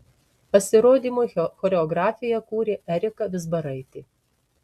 pasirodymui choreografiją kūrė erika vizbaraitė